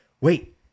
wait